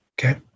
Okay